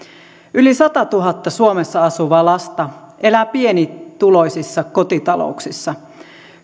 yli sadassatuhannessa suomessa asuvaa lasta elää pienituloisissa kotitalouksissa